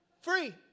Free